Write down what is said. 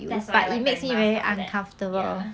that's why I like wearing mask after that ya